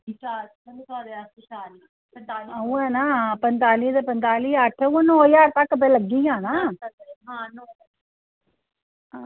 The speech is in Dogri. ओह् ऐ ना पंताली ते पंताली उऐ नौ ना नौ ज्हार तगर लग्गी गै जाना